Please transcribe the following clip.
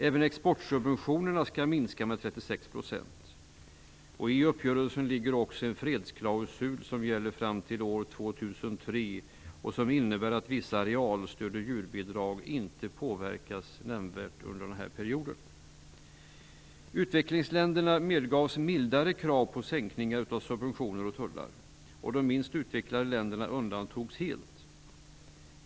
Även exportsubventionerna skall minska med 36 %. I uppgörelsen ligger också en fredsklausul som gäller fram till år 2003 och som innebär att vissa arealstöd och djurbidrag inte påverkas nämnvärt under den här perioden. Utvecklingsländerna medgavs mildare krav på sänkningar av subventioner och tullar, och de minst utvecklade länderna undantogs helt.